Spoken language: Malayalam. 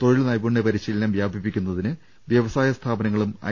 തൊഴിൽ നൈപുണ്യ പരി ശീലനം വ്യാപിപ്പിക്കുന്നതിന് വ്യവസായ സ്ഥാപനങ്ങളും ഐ